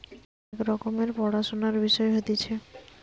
এক রকমের পড়াশুনার বিষয় হতিছে